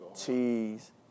Cheese